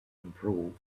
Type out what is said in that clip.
improved